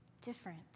different